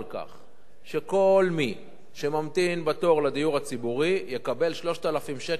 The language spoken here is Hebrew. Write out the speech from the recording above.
שכל מי שממתין בתור לדיור הציבורי יקבל 3,000 שקלים בחודש,